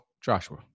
Joshua